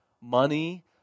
money